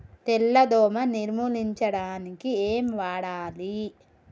తెల్ల దోమ నిర్ములించడానికి ఏం వాడాలి?